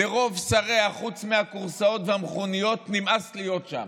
לרוב שרי החוץ מהכורסאות והמכוניות נמאס להיות שם.